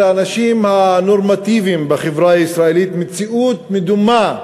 האנשים הנורמטיביים בחברה הישראלית מציאות מדומה,